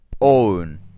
own